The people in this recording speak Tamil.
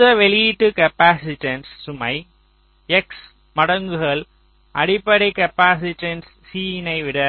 மொத்த வெளியீட்டு காப்பாசிட்டன்ஸ் சுமை X மடங்குகள் அடிப்படை காப்பாசிட்டன்ஸ் Cin யை விட